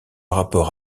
rapport